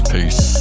Peace